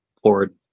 forward